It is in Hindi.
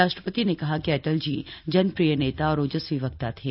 राष्ट्रपति ने कहा कि अटल जी जनप्रिय नेता और ओजस्वी वक्ता थे